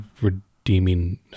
redeeming